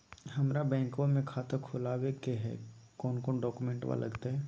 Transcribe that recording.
हमरा बैंकवा मे खाता खोलाबे के हई कौन कौन डॉक्यूमेंटवा लगती?